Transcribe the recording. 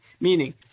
Meaning